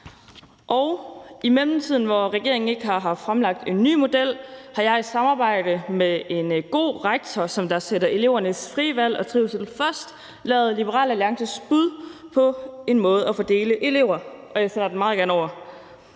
hf! I mellemtiden, hvor regeringen ikke har fremlagt en ny model, har jeg i samarbejde med en god rektor, som sætter elevernes frie valg og trivsel først, lavet Liberal Alliances bud på en måde at fordele elever på – og jeg sender den meget gerne over;